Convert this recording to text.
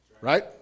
right